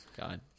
God